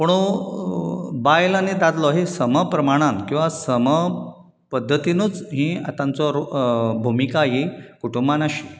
पुणू बायल आनी दादलो ही समप्रमाणान किंवा सम पद्दतीनूच हीं आ तांचो रो भुमिका ही कुटुंबांत आसची